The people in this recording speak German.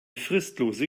fristlose